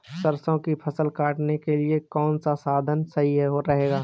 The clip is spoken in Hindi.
सरसो की फसल काटने के लिए कौन सा साधन सही रहेगा?